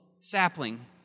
Sapling